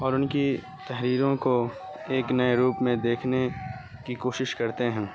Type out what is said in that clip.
اور ان کی تحریروں کو ایک نئے روپ میں دیکھنے کی کوشش کرتے ہیں